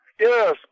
Yes